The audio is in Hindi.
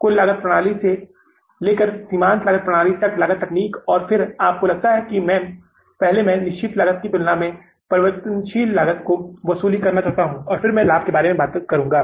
कुल लागत प्रणाली से लेकर सीमांत लागत प्रणाली तक लागत तकनीक और फिर आपको लगता है कि पहले मैं निश्चित लागत की तुलना में परिवर्तनीय लागत की वसूली करना चाहता हूं और फिर मैं लाभ के बारे में बात करुंगा